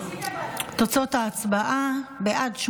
תוצאות ההצבעה: בעד,